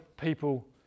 people